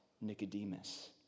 Nicodemus